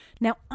Now